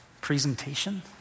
presentation